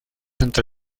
entre